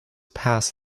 pass